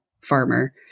farmer